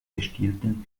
gestielten